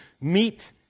meet